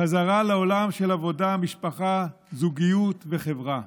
חזרה לעולם של עבודה, משפחה, זוגיות וחברה.